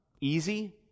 easy